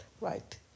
right